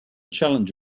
challenge